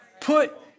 Put